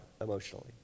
emotionally